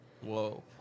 Whoa